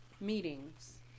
meetings